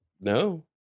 No